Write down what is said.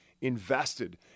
invested